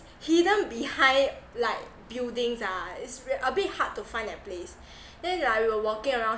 hidden behind like buildings ah it's a bit hard to find that place then like we were walking around